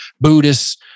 Buddhists